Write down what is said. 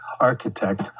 architect